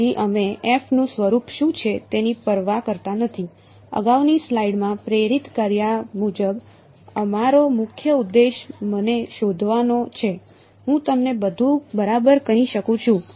તેથી અમે fનું સ્વરૂપ શું છે તેની પરવા કરતા નથી અગાઉની સ્લાઇડમાં પ્રેરિત કર્યા મુજબ અમારો મુખ્ય ઉદ્દેશ મને શોધવાનો છે હું તમને બધું બરાબર કહી શકું છું